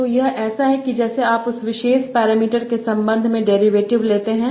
तो यह ऐसा है जैसे आप उस विशेष पैरामीटर के संबंध में डेरीवेटिव लेते हैं